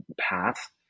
path